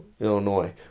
Illinois